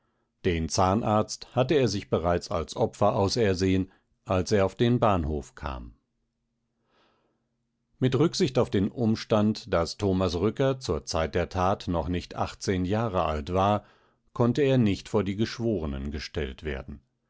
den zahnarzt hatte er sich bereits als opfer ausersehen als er auf den bahnhof kam mit rücksicht auf den umstand daß thomas rücker zur zeit der tat noch nicht achtzehn jahre alt war konnte er nicht vor die geschworenen gestellt werden